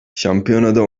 şampiyonada